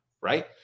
Right